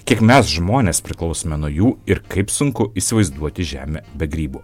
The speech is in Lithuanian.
kiek mes žmonės priklausome nuo jų ir kaip sunku įsivaizduoti žemę be grybų